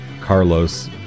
Carlos